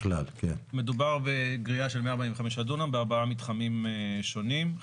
מדובר בגריעה של 145 דונם בארבעה מתחמים שונים.